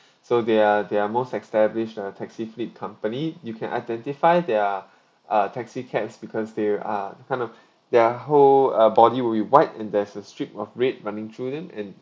so they are they are most established uh taxi fleet company you can identify their uh taxi cabs because they are a kind of their whole uh body will be white and there's a strip of red running through in and